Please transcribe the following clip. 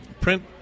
Print